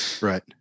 Right